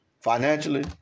financially